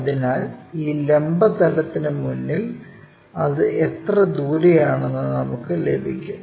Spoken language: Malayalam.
അതിനാൽ ഈ ലംബ തലത്തിന് മുന്നിൽ അത് എത്ര ദൂരെയാണെന്ന് നമുക്ക് ലഭിക്കും